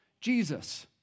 Jesus